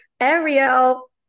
Ariel